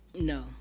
No